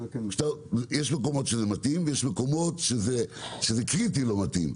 יש מקומות שזה מתאים ויש מקומות שזה קריטי לא מתאים,